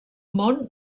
món